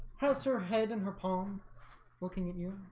has her head in her palm looking at you.